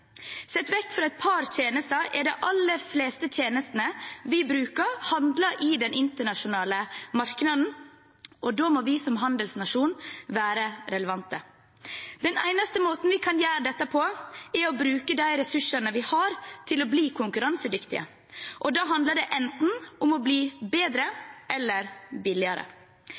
fra et par tjenester er de aller fleste tjenestene vi bruker, handlet i det internasjonale markedet, og da må vi som handelsnasjon være relevante. Den eneste måten vi kan gjøre dette på, er å bruke de ressursene vi har, til å bli konkurransedyktige. Da handler det enten om å bli bedre eller billigere.